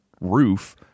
roof